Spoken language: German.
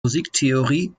musiktheorie